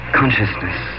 consciousness